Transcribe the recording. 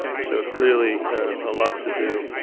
so clearly a lot to do.